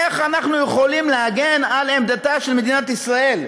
איך אנחנו יכולים להגן על עמדתה של מדינת ישראל?